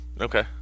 Okay